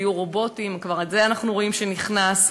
יהיו רובוטים, אנחנו רואים שזה כבר נכנס.